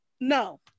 no